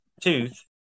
tooth